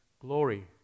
glory